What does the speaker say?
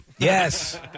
Yes